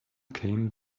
came